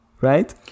right